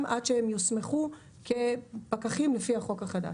עד שהם יוסמכו כפקחים לפי החוק החדש.